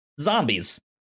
zombies